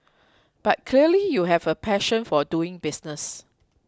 but clearly you have a passion for doing business